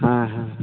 ᱦᱮᱸ ᱦᱮᱸ